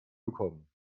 bekommen